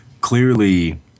Clearly